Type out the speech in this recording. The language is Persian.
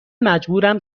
مجبورم